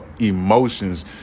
emotions